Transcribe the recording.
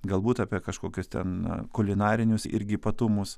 galbūt apie kažkokius ten kulinarinius irgi ypatumus